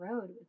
road